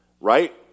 right